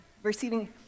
receiving